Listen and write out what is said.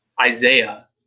Isaiah